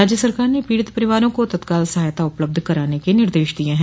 राज्य सरकार ने पीड़ित परिवारों को तत्काल सहायता उपलब्ध कराने के निर्देश दिये हैं